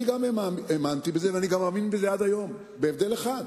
אני גם האמנתי בזה ואני מאמין בזה גם היום בהבדל אחד,